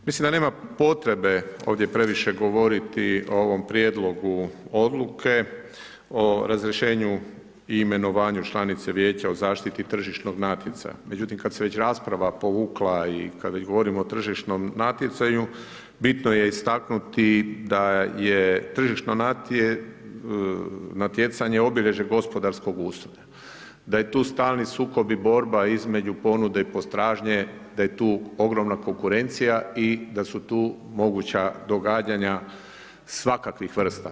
Mislim da nema potrebe ovdje previše govoriti o ovom prijedlogu Odluke o razrješenju i imenovanju članice Vijeća o zaštiti tržišnog natjecanja, međutim kad se već rasprava povukla i kad već govorimo o tržišnom natjecanju, bitno je istaknuti da je tržišno natjecanje obilježje gospodarskog ustroja, da je tu stalni sukob i borba između ponude i potražnje, da je tu ogromna konkurencija i da su tu moguća događanja svakakvih vrsta.